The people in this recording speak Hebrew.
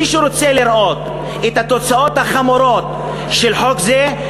מי שרוצה לראות את התוצאות החמורות של חוק זה,